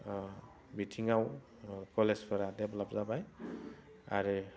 बिथिङाव कलेजफोरा डेब्लाब जाबाय आरो